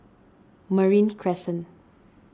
Marine Crescent